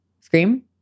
Scream